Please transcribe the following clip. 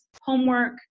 homework